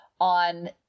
on